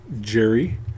Jerry